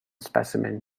specimen